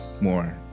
more